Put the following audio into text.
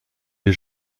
les